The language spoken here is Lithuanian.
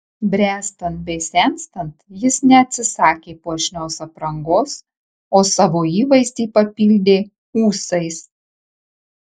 bręstant bei senstant jis neatsisakė puošnios aprangos o savo įvaizdį papildė ūsais